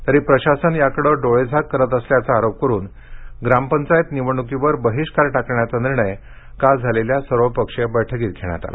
तरी प्रशासन याकडे डोळेझाक करत असल्याचा आरोप करून ग्रामपंचायत निवडणुकिवर बहिष्कार टाकण्याचा निर्णय काल झालेल्या सर्वपक्षीय बैठकीत घेण्यात आला